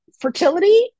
fertility